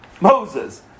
Moses